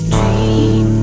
Dream